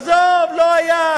עזוב, לא היה.